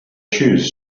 shoes